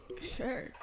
Sure